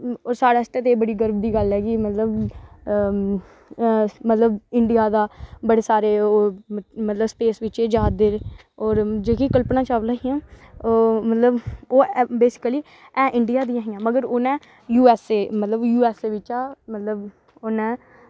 ओह् साढ़े आस्तै ते बड़ी गर्व दी गल्ल ऐ कि मतलब मतलब इंडिया दा बड़े सारे ओह् मतलब स्पेस बिच्च जा दे होर जेह्की कल्पना चावला हियां ओह् मतलब ओह् बेसीकली ऐ इंडियां दियां हियां मगर ओह् उ'नें मतलब यू एस ए बिच्चा मतलब उन्नै